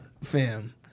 fam